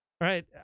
right